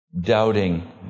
Doubting